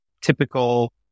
typical